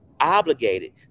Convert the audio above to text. obligated